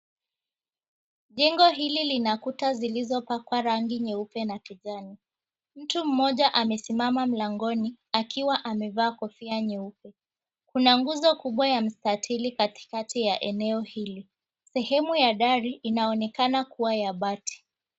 Jengo hili lina kuta zilizopakwa rangi nyeupe na kijani. Mtu mmoja amesimama mlangoni akiwa amevaa kofia nyeupe. Kuna nguzo kubwa ya mstatili katikati ya eneo hili. Sehemu ya dari inaonekana kuwa ya mabati.